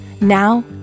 Now